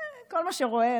כל מה שהוא רואה,